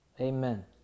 Amen